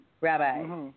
Rabbi